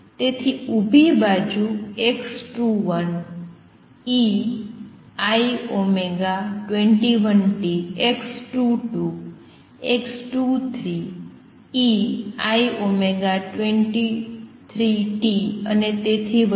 તેથી ઉભી બાજુ x21 ei21t x22 x23 ei23t અને તેથી વધુ